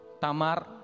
Tamar